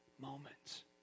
Moments